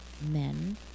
Men